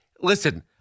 listen